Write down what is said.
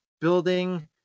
building